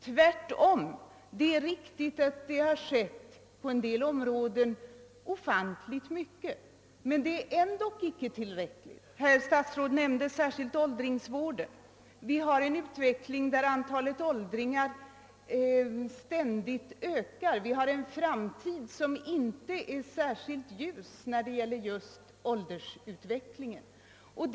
Tvärtom är det riktigt att det på en del områden har skett ofantligt mycket, men det har ändock inte varit tillräckligt. Herr statsrådet nämnde särskilt åldringsvården. Utvecklingen i detta avseende är att antalet åldringar ständigt ökar. Framtiden i fråga om just åldersutvecklingen är inte särskilt ljus.